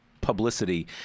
publicity